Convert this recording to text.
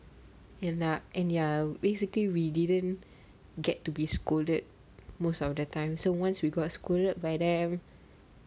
and ya and ya basically we didn't get to be scolded most of the time so once we got scolded by them